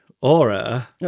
Aura